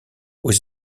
aux